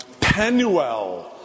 Penuel